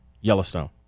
Yellowstone